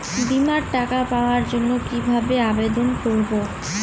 বিমার টাকা পাওয়ার জন্য কিভাবে আবেদন করব?